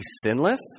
sinless